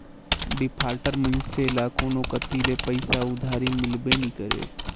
defaulter मइनसे ल कोनो कती ले पइसा उधारी मिलबे नी करे